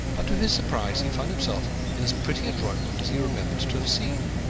but to his surprise he found himself in as pretty a drawing-room as he remembered to have seen